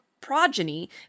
progeny